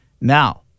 Now